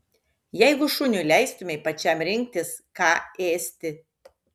jeigu šuniui leistumei pačiam rinktis ką ėsti